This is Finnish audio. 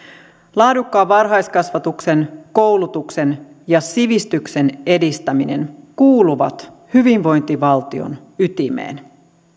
laadukkaan varhaiskasvatuksen koulutuksen ja sivistyksen edistäminen kuuluvat hyvinvointivaltion ytimeen